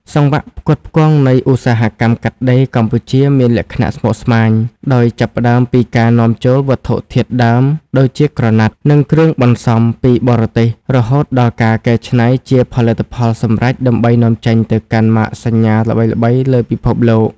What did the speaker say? សង្វាក់ផ្គត់ផ្គង់នៃឧស្សាហកម្មកាត់ដេរកម្ពុជាមានលក្ខណៈស្មុគស្មាញ ដោយចាប់ផ្ដើមពីការនាំចូលវត្ថុធាតុដើមដូចជាក្រណាត់ និងគ្រឿងបន្សំពីបរទេស រហូតដល់ការកែច្នៃជាផលិតផលសម្រេចដើម្បីនាំចេញទៅកាន់ម៉ាកសញ្ញាល្បីៗលើពិភពលោក។